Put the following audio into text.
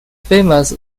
famous